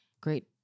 great